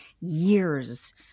years